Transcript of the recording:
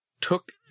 took